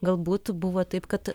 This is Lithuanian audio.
galbūt buvo taip kad